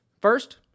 First